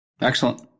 excellent